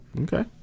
Okay